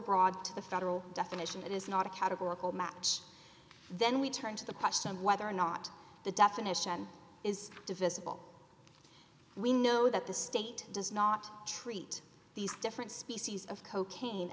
overbroad to the federal definition it is not a categorical match then we turn to the question of whether or not the definition is divisible we know that the state does not treat these different species of cocaine